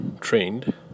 Trained